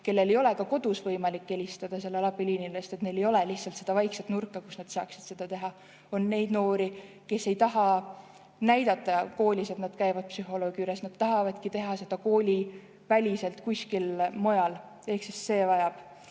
kellel ei ole ka kodus võimalik helistada sellele abiliinile, sest neil ei ole lihtsalt seda vaikselt nurka, kus nad saaksid seda teha. On neid noori, kes ei taha koolis näidata, et nad käivad psühholoogi juures, nad tahavadki teha seda kooliväliselt kuskil mujal. Ehk siis see vajab